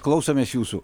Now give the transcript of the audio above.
klausomės jūsų